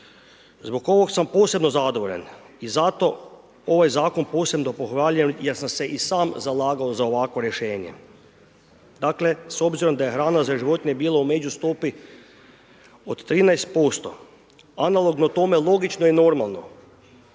Zbog ovog sam posebno zadovoljan i zato ovaj zakon posebno pohvaljujem jer sam se i sam zalagao za ovakvo rješenje. Dakle s obzirom da je hrana za životinja bila u među stopi od 13% analogno tome logično i normalno